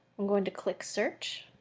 i'm going to click search.